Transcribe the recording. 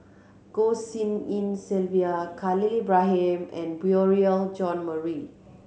Goh Tshin En Sylvia Khalil Ibrahim and Beurel John Marie